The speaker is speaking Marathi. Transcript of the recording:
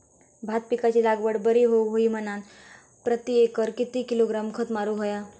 भात पिकाची लागवड बरी होऊक होई म्हणान प्रति एकर किती किलोग्रॅम खत मारुक होया?